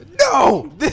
No